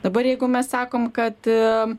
dabar jeigu mes sakom kad